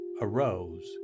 arose